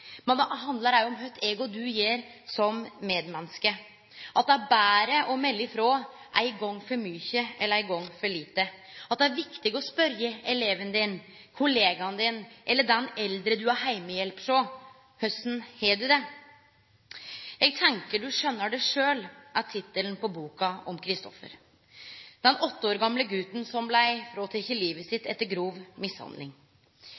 Men det handlar òg om kva du og eg gjer som medmenneske, at det er betre å melde frå ein gong for mykje enn ein gong for lite, at det er viktig å spørje eleven din, kollegaen din, eller den eldre du er heimehjelp hos: Korleis har du det? «Jeg tenker nok du skjønner det sjøl» er tittelen på boka om Christoffer, den åtte år gamle guten som blei fråteken livet etter grov mishandling.